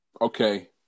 Okay